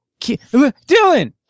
Dylan